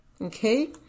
okay